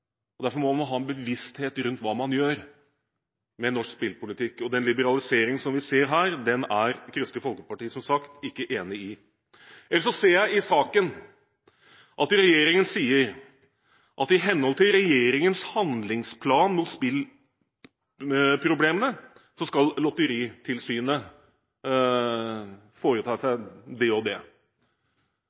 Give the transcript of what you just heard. Derfor må man ha en bevissthet rundt hva man gjør med norsk spillpolitikk. Den liberalisering som vi ser her, er Kristelig Folkeparti som sagt ikke enig i. Ellers ser jeg i saken at regjeringen sier at i henhold til regjeringens handlingsplan mot spillproblemene skal Lotteritilsynet foreta seg det og det.